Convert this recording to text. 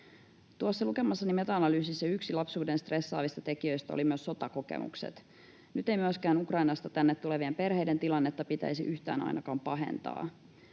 Tuossa lukemassani meta-analyysissä yksi lapsuuden stressaavista tekijöistä oli myös sotakokemukset. Nyt ei myöskään Ukrainasta tänne tulevien perheiden tilannetta pitäisi ainakaan yhtään